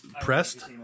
pressed